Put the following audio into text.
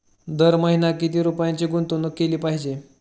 दर महिना किती रुपयांची गुंतवणूक केली पाहिजे?